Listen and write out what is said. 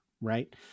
Right